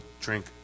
drink